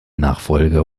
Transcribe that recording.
nachfolger